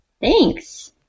Thanks